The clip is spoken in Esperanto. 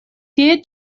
tie